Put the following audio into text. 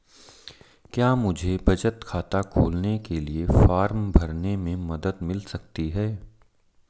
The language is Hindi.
क्या मुझे बचत खाता खोलने के लिए फॉर्म भरने में मदद मिल सकती है?